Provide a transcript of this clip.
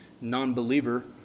non-believer